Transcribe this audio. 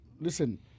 listen